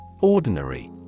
Ordinary